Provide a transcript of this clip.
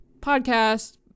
podcast